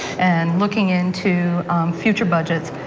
and looking into future budgets,